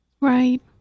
Right